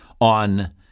on